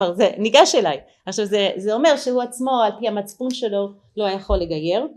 זה ניגש אליי. עכשיו זה אומר שהוא עצמו על פי המצפון שלו לא יכול לגייר